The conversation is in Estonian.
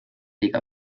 liiga